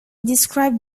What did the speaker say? described